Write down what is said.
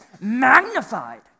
magnified